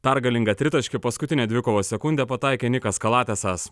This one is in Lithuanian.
pergalingą tritaškį paskutinę dvikovos sekundę pataikė nikas kalatesas